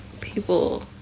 people